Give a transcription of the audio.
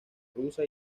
rusa